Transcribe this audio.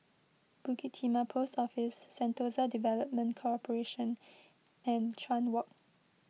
Bukit Timah Post Office Sentosa Development Corporation and Chuan Walk